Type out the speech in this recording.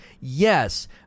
yes